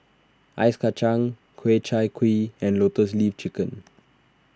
Ice Kachang Ku Chai Kuih and Lotus Leaf Chicken